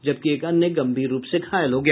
जबकि एक अन्य गंभीर रूप से घायल हो गया